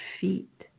feet